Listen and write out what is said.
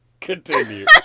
Continue